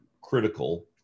critical